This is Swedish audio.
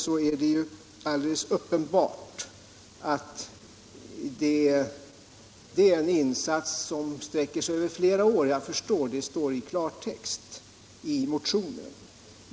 Det gäller alldeles uppenbart en insats som sträcker sig över flera år — det står i klartext i motionen.